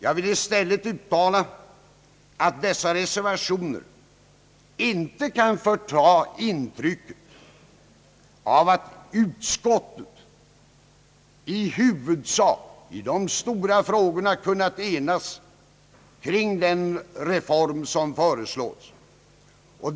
Jag vill i stället uttala att dessa reservationer inte kan förta intrycket av att utskottet i huvudsak, i de stora frågorna, kunnat enas kring den reform som föreslås.